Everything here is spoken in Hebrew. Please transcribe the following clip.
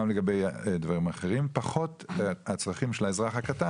כי אי-אפשר להטיל אגרה ללא שיש עיגון חוקתי.